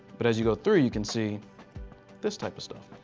but as you go through, you can see this type of stuff.